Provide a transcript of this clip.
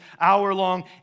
hour-long